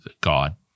God